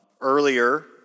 Earlier